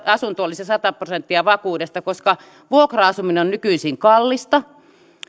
asunto olisi sata prosenttia vakuudesta koska vuokralla asuminen on nykyisin kallista